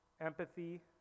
empathy